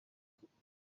kutugana